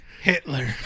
hitler